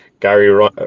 Gary